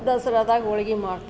ದಸ್ರಾದಾಗ ಹೋಳ್ಗಿ ಮಾಡ್ತೀವಿ